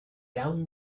down